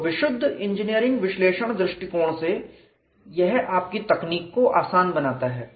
तो विशुद्ध इंजीनियरिंग विश्लेषण दृष्टिकोण से यह आपकी तकनीक को आसान बनाता है